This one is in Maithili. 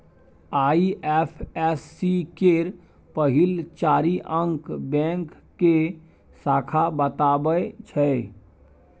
आइ.एफ.एस.सी केर पहिल चारि अंक बैंक के शाखा बताबै छै